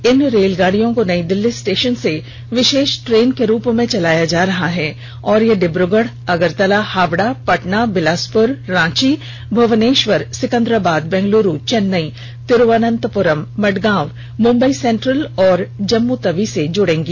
इन रेलगाडियों को नई दिल्ली स्टेशन से विशेष ट्रेन के रूप में चलाया जा रहा है और ये डिब्रुगढ़ अगरतला हावड़ा पटना बिलासपुर रांची मुवनेश्वर सिकन्द्राबाद बेंगलुरू चेन्नई तिरूवन्नतपुरम मड़गांव मुम्बई सेंट्रल और जम्मूतवी से जुड़ेंगी